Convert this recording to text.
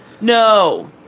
No